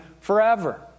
forever